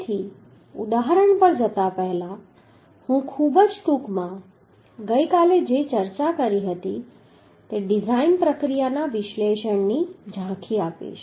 તેથી ઉદાહરણ પર જતાં પહેલાં હું ખૂબ જ ટૂંકમાં હું ગઈકાલે જે પણ ચર્ચા કરી હતી તે ડિઝાઇન પ્રક્રિયાના વિશ્લેષણની ઝાંખી આપીશ